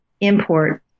import